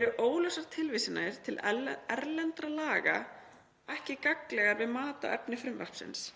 eru óljósar tilvísanir til erlendra laga ekki gagnlegar við mat á efni frumvarpsins“.